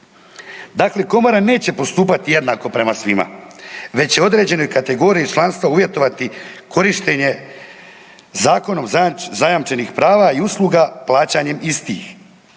Dakle komora neće postupati jednako prema svima, već će određenoj kategoriji članstva uvjetovati korištenje zakonom zajamčenih prava i usluga plaćanjem istih,